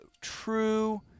true